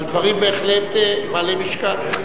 על דברים בהחלט בעלי משקל.